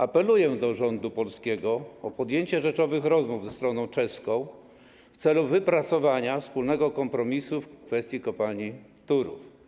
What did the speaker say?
Apeluję do rządu polskiego o podjęcie rzeczowych rozmów ze stroną czeską w celu wypracowania wspólnego kompromisu w kwestii kopalni Turów.